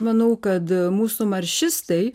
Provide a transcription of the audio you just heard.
manau kad mūsų maršistai